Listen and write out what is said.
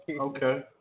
Okay